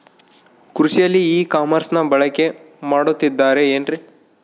ಕೃಷಿಯಲ್ಲಿ ಇ ಕಾಮರ್ಸನ್ನ ಬಳಕೆ ಮಾಡುತ್ತಿದ್ದಾರೆ ಏನ್ರಿ?